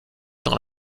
dans